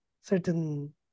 certain